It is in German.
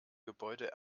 gebäude